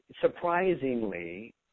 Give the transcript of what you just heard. surprisingly –